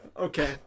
Okay